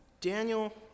Daniel